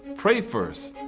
pray first,